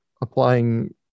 applying